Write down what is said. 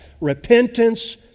Repentance